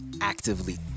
actively